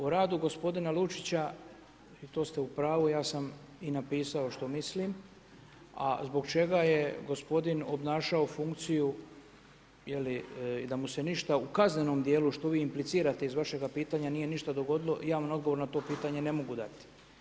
O radu gospodina Lučića i to ste u pravu, ja sam i napisao što mislim, a zbog čega je gospodin obnašao funkciju i da mu se ništa u kaznenom djelu, što vi implicirate iz vašega pitanja nije dogodilo, ja vam odgovor na to pitanje ne mogu dati.